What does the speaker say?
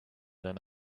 than